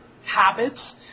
habits